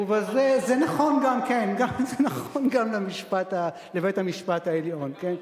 זה נכון גם, כן, זה נכון גם לבית-המשפט העליון.